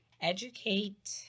educate